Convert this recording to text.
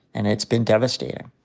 and it's been devastating.